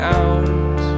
out